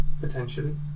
Potentially